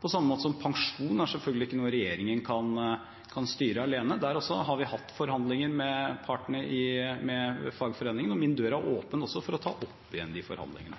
på samme måte som pensjon selvfølgelig ikke er noe regjeringen kan styre alene. Der har vi også hatt forhandlinger med fagforeningene, og min dør er åpen også for å ta opp igjen de forhandlingene.